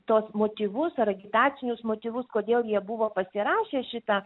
tuos motyvus ar agitacinius motyvus kodėl jie buvo pasirašę šitą